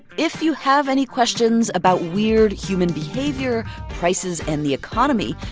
if you have any questions about weird human behavior, prices and the economy,